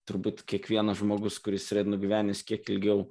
turbūt kiekvienas žmogus kuris yra nugyvenęs kiek ilgiau